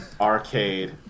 Arcade